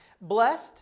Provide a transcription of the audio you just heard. Blessed